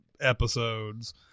episodes